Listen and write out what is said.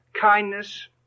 kindness